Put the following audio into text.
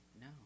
No